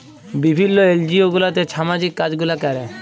বিভিল্ল্য এলজিও গুলাতে ছামাজিক কাজ গুলা ক্যরে